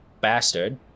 bastard